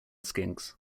skinks